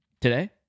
today